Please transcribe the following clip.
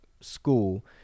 school